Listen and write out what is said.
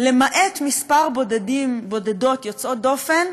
למעט כמה בודדים, בודדות יוצאות דופן,